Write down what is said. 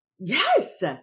Yes